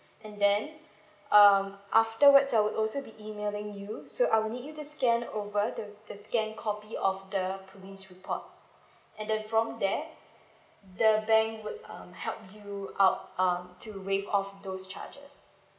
and then um afterwards I would also be emailing you so I would need you just scan over the the scanned copy of the police report and then from there the bank would um help you out um to waive off those charges